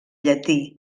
llatí